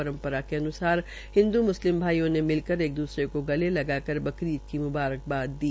परम्परा के अनुसार हिन्दु मुस्लिम भाईयों ने मिलकर एक दूसरे को गले लगाकर बकरीद की मुबारकबाद दी